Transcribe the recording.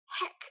heck